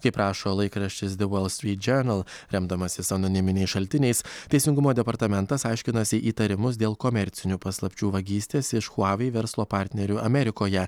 kaip rašo laikraštis the wall street journal remdamasis anoniminiais šaltiniais teisingumo departamentas aiškinasi įtarimus dėl komercinių paslapčių vagystės iš huawei verslo partnerių amerikoje